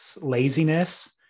laziness